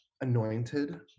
anointed